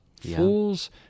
Fools